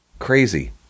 Crazy